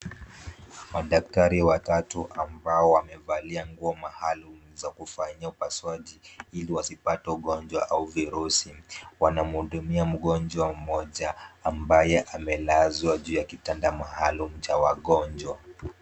Madaktari watatu ambao wamevalia nguo maalum ya kufanyia upasuaji ili wasipate ugonjwa au virusi, wanamhudumia mgonjwa mmoja ambaye amelazwa juu ya kitanda maalum cha wagonjwa.